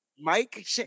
Mike